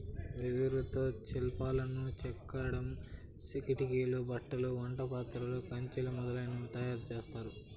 వెదురుతో శిల్పాలను చెక్కడం, కిటికీలు, బుట్టలు, వంట పాత్రలు, కంచెలు మొదలనవి తయారు చేత్తారు